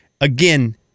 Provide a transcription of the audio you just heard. again